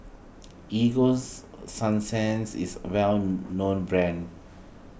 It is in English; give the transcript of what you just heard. Egos Sunsense is a well known brand